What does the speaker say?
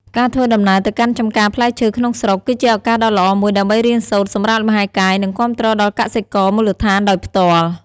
ការធ្វើដំណើរទៅកាន់ចម្ការផ្លែឈើក្នុងស្រុក គឺជាឱកាសដ៏ល្អមួយដើម្បីរៀនសូត្រ សម្រាកលំហែកាយ និងគាំទ្រដល់កសិករមូលដ្ឋានដោយផ្ទាល់។